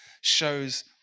shows